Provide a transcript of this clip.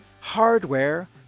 Hardware